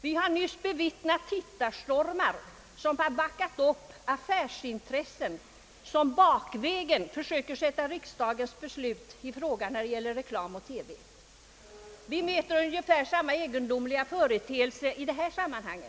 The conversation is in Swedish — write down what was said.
Vi har nyligen bevittnat tittarstormar vilka backat upp affärsintressen som bakvägen försökt sätta i fråga riksdagens beslut beträffande reklam i TV. Vi möter ungefär samma egendomliga företeelse i detta sammanhang.